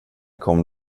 kom